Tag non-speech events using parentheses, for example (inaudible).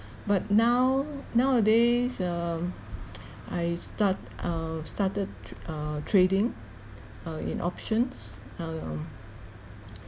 but now nowadays um (noise) I start uh started tr! uh trading uh in options um